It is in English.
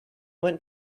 went